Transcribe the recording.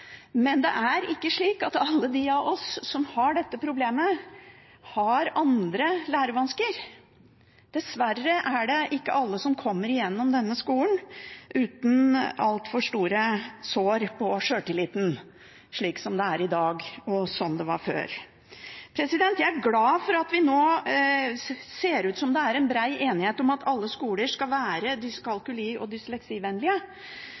men det er ikke slik at alle de av oss som har dette problemet, har andre lærevansker. Dessverre er det ikke alle som kommer igjennom skolen uten altfor store sår på sjøltilliten, slik det er i dag, og slik det var før. Jeg er glad for at det nå ser ut til at det er bred enighet om at alle skoler skal være